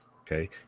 Okay